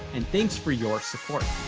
and thanks for your support.